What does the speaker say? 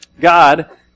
God